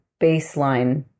baseline